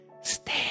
stay